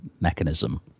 mechanism